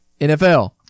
NFL